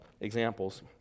examples